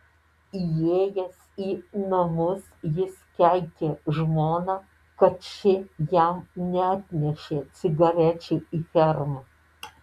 įėjęs į namus jis keikė žmoną kad ši jam neatnešė cigarečių į fermą